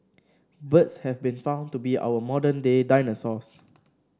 birds have been found to be our modern day dinosaurs